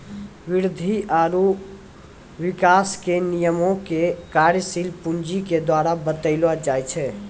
वृद्धि आरु विकास के नियमो के कार्यशील पूंजी के द्वारा बतैलो जाय छै